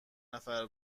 نفر